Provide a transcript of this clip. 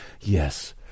Yes